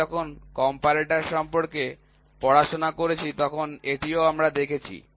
আমরা যখন কম্পারেটর সম্পর্কে পড়াশোনা করেছি তখন এটিও আমরা দেখেছি